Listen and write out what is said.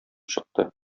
чыкты